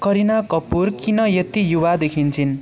करिना कपुर किन यति युवा देखिन्छिन्